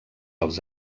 als